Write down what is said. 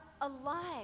alive